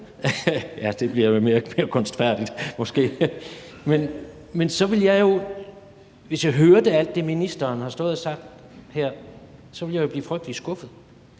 ja, det bliver måske lidt mere kunstfærdigt – så ville jeg jo, hvis jeg hørte alt det, ministeren har stået og sagt her, blive frygtelig skuffet